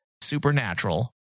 supernatural